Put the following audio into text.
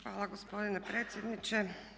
Hvala gospodine predsjedniče.